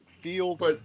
Fields